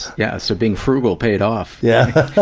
yeah, so being frugal paid off. yeah!